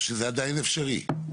שזה עדיין אפשרי.